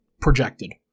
projected